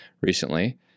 recently